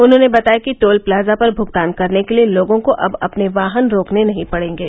उन्होंने बताया कि टोल प्लाजा पर भुगतान करने के लिए लोगों को अब अपने वाहन रोकने नहीं पड़ेंगे